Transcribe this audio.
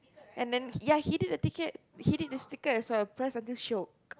and then ya he did the ticket he did the sticker as well press until shiok